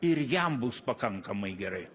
ir jam bus pakankamai gerai